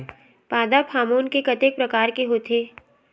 पादप हामोन के कतेक प्रकार के होथे?